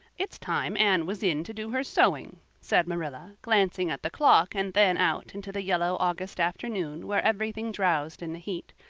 it's time anne was in to do her sewing, said marilla, glancing at the clock and then out into the yellow august afternoon where everything drowsed in the heat.